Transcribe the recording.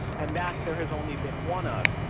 and that there has only been one of.